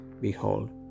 behold